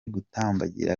gutambagira